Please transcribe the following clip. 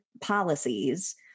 policies